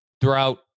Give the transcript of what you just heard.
throughout